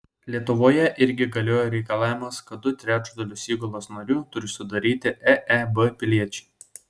lietuvoje irgi galioja reikalavimas kad du trečdalius įgulos narių turi sudaryti eeb piliečiai